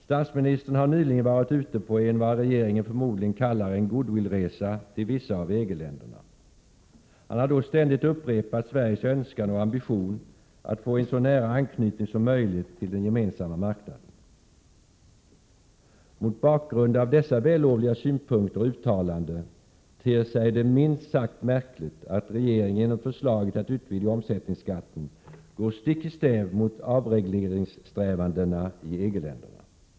Statsministern har nyligen varit ute på en vad regeringen förmodligen kallar good will-resa till vissa av EG-länderna. Han har då ständigt upprepat Sveriges önskan och ambition att få en så nära anknytning som möjligt till den gemensamma marknaden. Mot bakgrund av dessa vällovliga synpunkter och uttalanden ter det sig minst sagt märkligt att regeringen genom förslaget att utvidga omsättningsskatten går stick i stäv mot avregleringssträvandena i EG-länderna.